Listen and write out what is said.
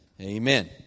Amen